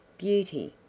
beauty,